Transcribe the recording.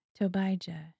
Tobijah